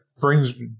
brings